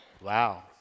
Wow